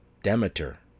Demeter